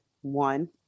one